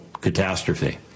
catastrophe